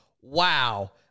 wow